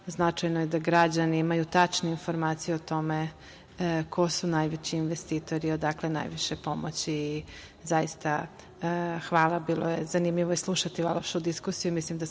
značajno je da građani imaju tačne informacije o tome ko su najveći investitori, odakle najviše pomoći. Zaista hvala. Bilo je zanimljivo i slušati vašu diskusiju.